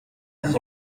dix